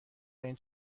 دارین